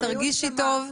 תרגישי טוב.